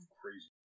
crazy